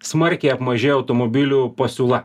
smarkiai apmažėjo automobilių pasiūla